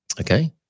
okay